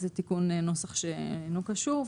זה תיקון נוסח שאינו קשור.